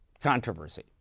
controversy